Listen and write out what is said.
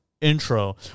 intro